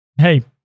Hey